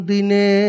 Dine